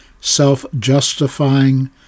self-justifying